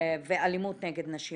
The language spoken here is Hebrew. ואלימות נגד נשים.